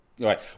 Right